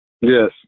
Yes